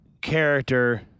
character